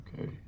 Okay